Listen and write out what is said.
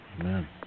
Amen